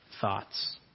thoughts